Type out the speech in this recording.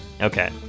Okay